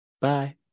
Bye